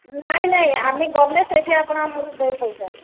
ନାଇଁ ନାଇଁ ଆମେ ଗଲେ ସେଇଠି ଆପଣ ଆମକୁ ଦେବେ ପଇସା